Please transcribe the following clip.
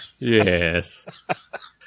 Yes